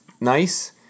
nice